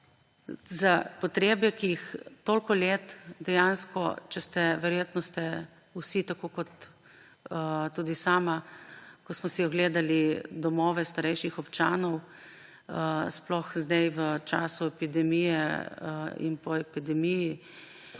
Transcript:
za potrebe. Toliko let – verjetno ste vsi, tako kot tudi sama, ko smo si ogledali domove starejših občanov, sploh zdaj v času epidemije in po epidemiji,